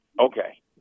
Okay